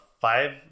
five